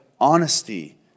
honesty